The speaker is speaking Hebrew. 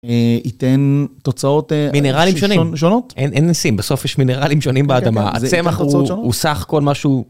ייתן תוצאות מינרלים שונים, שונות, אין נסים, בסוף יש מינרלים שונים באדמה, אז הצמח הוא סך כל משהו.